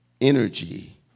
energy